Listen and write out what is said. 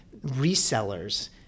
resellers